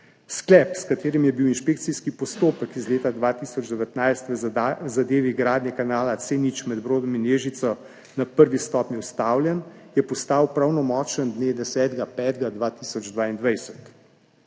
Sklep, s katerim je bil inšpekcijski postopek iz leta 2019 v zadevi gradnje kanala C0 med Brodom in Ježico na prvi stopnji ustavljen, je postal pravnomočen dne 10. 5. 2022.